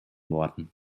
worden